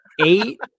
eight